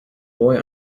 boy